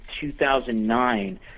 2009